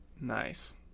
nice